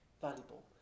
valuable